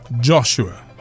Joshua